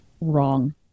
wrong